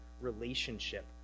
relationship